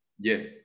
Yes